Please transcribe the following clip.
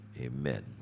amen